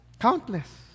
Countless